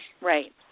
right